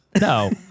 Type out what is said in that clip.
No